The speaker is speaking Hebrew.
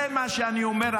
זה מה שאני אומר,